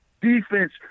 Defense